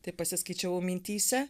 taip pasiskaičiavau mintyse